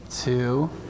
two